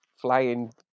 flying